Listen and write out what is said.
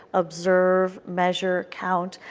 observe, measure, count.